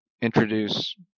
introduce